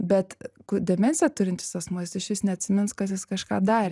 bet demenciją turintis asmuo jis išvis neatsimins kad jis kažką darė